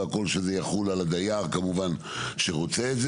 שזה יחול על הדייר שרוצה את זה,